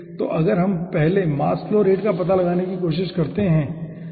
तो अगर हम पहले मास फ्लो रेट का पता लगाने की कोशिश करते हैं तो ठीक है